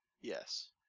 Yes